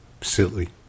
silly